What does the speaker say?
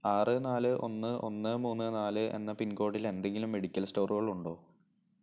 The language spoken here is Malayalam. ആറ് നാല് ഒന്ന് ഒന്ന് മൂന്ന് നാല് എന്ന പിൻകോഡിൽ എന്തെങ്കിലും മെഡിക്കൽ സ്റ്റോറുകളുണ്ടോ